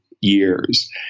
years